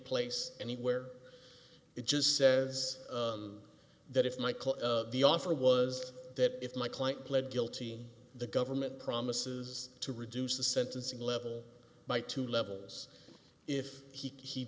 place anywhere it just says that if michael the offer was that if my client pled guilty the government promises to reduce the sentencing level by two levels if he